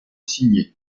signer